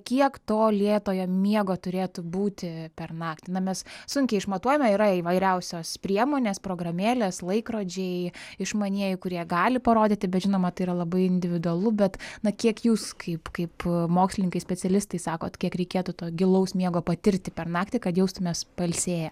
kiek to lėtojo miego turėtų būti per naktį na mes sunkiai išmatuojame yra įvairiausios priemonės programėlės laikrodžiai išmanieji kurie gali parodyti bet žinoma tai yra labai individualu bet na kiek jūs kaip kaip mokslininkai specialistai sakot kiek reikėtų to gilaus miego patirti per naktį kad jaustumės pailsėję